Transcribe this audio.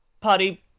Party